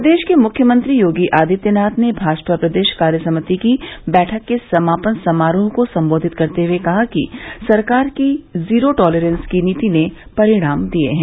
प्रदेश के मुख्यमंत्री योगी आदित्यनाथ भाजपा प्रदेश कार्यसमिति की बैठक के समापन समारोह को सम्बोधित करते हुए कहा कि सरकार की जीरो टालरेंस की नीति ने परिणाम दिए हैं